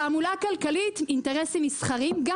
תעמולה כלכלית אינטרסים מסחריים גם